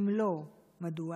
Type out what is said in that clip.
4. אם לא, מדוע?